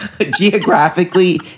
Geographically